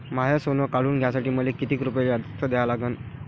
माय सोनं काढून घ्यासाठी मले कितीक रुपये जास्त द्या लागन?